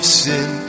sin